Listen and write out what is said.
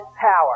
power